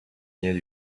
near